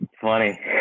funny